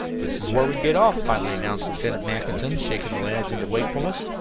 this is where we get off, finally announced lieutenant mackinson, shaking the lads into wakefulness.